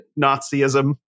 Nazism